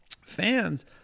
fans